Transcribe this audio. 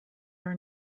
are